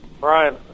Brian